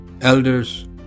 Elders